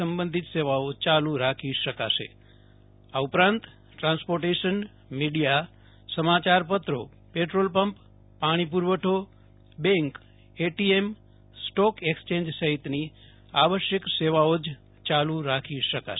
સંબંધિત સેવાઓ ચાલુ રાખી શકાશે આ ઉપરાંત ટ્રાન્સપોર્ટેશન મીડીયા સમાચાર પત્રો પેટ્રોલપંપપાણીપુ રવઠોબેંકએટીએમસ્ટોક એક્સયેંજસહિતની આવશ્યક સેવાઓ જ યાલુ રાખી શકાશે